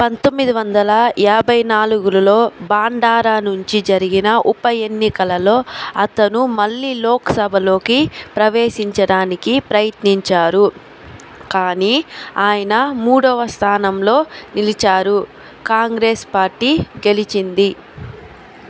పంతొమ్మిది వందల యాభై నాలుగులలో బాండారా నుంచి జరిగిన ఉప ఎన్నికలలో అతను మళ్ళీ లోక్సభలోకి ప్రవేశించడానికి ప్రయత్నించారు కానీ ఆయన మూడవ స్థానంలో నిలిచారు కాంగ్రెస్ పార్టీ గెలిచింది